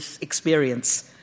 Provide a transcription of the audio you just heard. experience